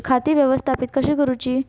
खाती व्यवस्थापित कशी करूची?